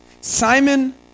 Simon